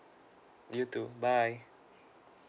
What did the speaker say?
you too bye